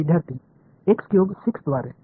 विद्यार्थीः x cube 6 द्वारे